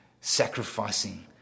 sacrificing